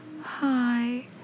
Hi